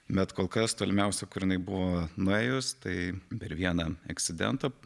bet kol kas tolimiausia kur jinai buvo nuėjus tai per vieną incidentą